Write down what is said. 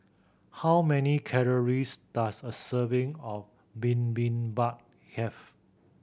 how many calories does a serving of Bibimbap have